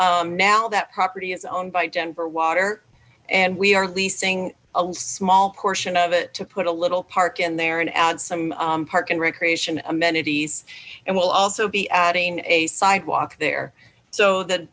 quail now that property is owned by denver water and we are leasing a small portion of it to put a little park in there and add some park and recreation amenities and we'll also be adding a sidewalk there so that